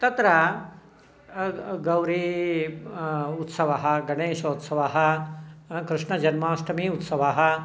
तत्र गौरी उत्सवः गणेशोत्सवः कृष्णजन्माष्टमी उत्सवः